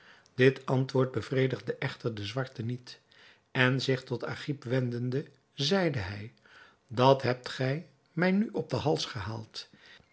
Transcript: dit antwoord bevredigde echter den zwarte niet en zich tot agib wendende zeide hij dat hebt gij mij nu op den hals gehaald